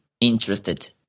interested